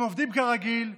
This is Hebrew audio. הם עובדים כרגיל,